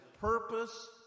purpose